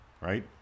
Right